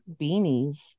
beanies